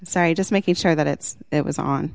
sorry just making sure that it's it was on